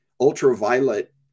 ultraviolet